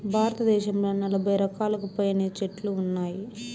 భారతదేశంలో నలబై రకాలకు పైనే చెట్లు ఉన్నాయి